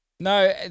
No